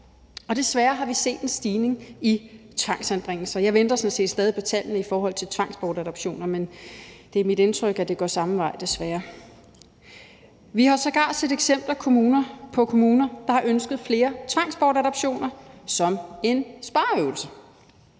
og desværre har vi set en stigning i tvangsanbringelser. Jeg venter sådan set stadig væk på tallene for tvangsbortadoptioner, men det er mit indtryk, at det går samme vej, desværre. Vi har sågar set eksempler på kommuner, der har ønsket flere tvangsbortadoptioner som en spareøvelse.